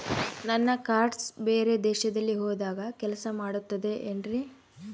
ನನ್ನ ಕಾರ್ಡ್ಸ್ ಬೇರೆ ದೇಶದಲ್ಲಿ ಹೋದಾಗ ಕೆಲಸ ಮಾಡುತ್ತದೆ ಏನ್ರಿ?